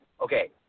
okay